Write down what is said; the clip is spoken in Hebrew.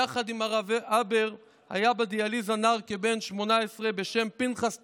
יחד עם הרב הבר היה בדיאליזה נער כבן 18 בשם פנחס תורג'מן,